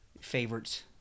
favorites